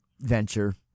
venture